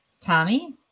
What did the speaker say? Tommy